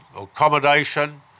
accommodation